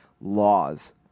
laws